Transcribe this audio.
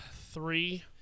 three